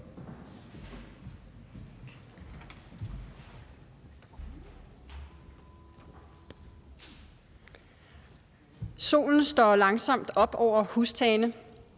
Solen står langsomt op over hustagene.